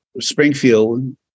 Springfield